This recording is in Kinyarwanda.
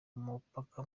mupaka